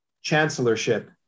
chancellorship